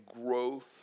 growth